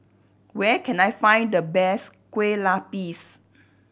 where can I find the best Kueh Lapis